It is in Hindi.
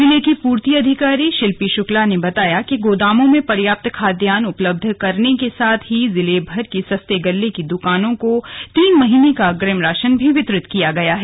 जिले की पूर्ति अधिकारी शिल्पी शुक्ला ने बताया कि गोदामों में पर्याप्त खाद्यान्न उपलब्ध करने के साथ ही जिलेभर की सस्ते गल्ले की दकानों में तीन महीने का अग्रिम राशन का भी वितरण किया गया है